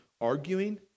arguing